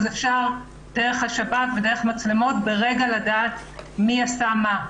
אז אפשר דרך השב"כ ודרך מצלמות לדעת מי עשה מה.